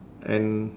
and